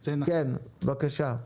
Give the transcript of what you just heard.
כן, בבקשה.